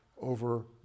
over